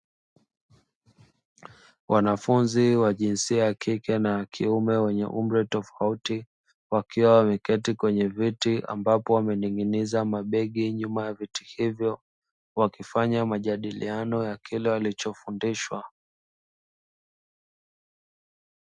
Wanafunzi wa jinsia ya kike na ya kiume wenye umri tofauti wakiwa wameketi kwenye viti ambapo wamening'iniza mabegi nyuma ya viti hivyo wakifanya majadiliano ya kile walichofundishwa.